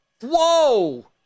Whoa